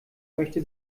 möchte